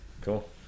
cool